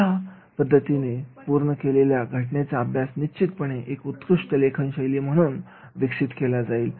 अशा पद्धतीने पूर्ण केलेल्या घटनेचा अभ्यास निश्चितपणे एक उत्कृष्ट लेखन शैली म्हणून तयार होईल